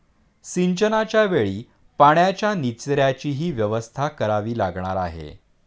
सिंचनाच्या वेळी पाण्याच्या निचर्याचीही व्यवस्था करावी लागणार आहे